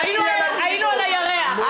היינו על הירח.